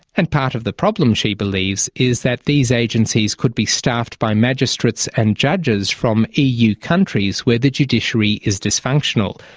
and part of the problem, she believes, is that these agencies could be staffed by magistrates and judges from eu countries where the judiciary is dysfunctional.